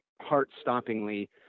heart-stoppingly